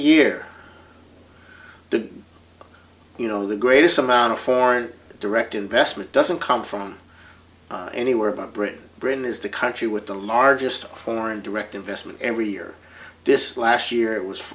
the you know the greatest amount of foreign direct investment doesn't come from anywhere but britain britain is the country with the largest foreign direct investment every year this last year it was